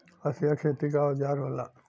हंसिया खेती क औजार होला